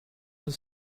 with